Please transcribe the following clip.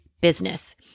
business